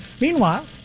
Meanwhile